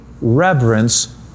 reverence